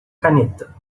caneta